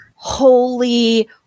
holy